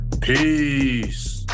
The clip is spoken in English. Peace